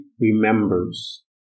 remembers